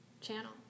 channel